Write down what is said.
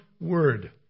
word